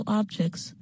objects